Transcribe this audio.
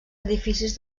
edificis